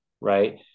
Right